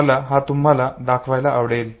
मला हा तुम्हाला दाखवायला आवडेल